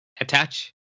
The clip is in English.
attach